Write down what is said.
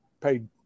paid